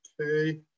Okay